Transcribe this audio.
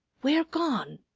where gone?